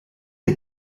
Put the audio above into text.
die